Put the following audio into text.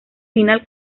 final